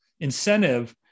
incentive